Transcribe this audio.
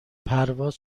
پرواز